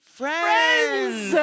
friends